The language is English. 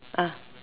ah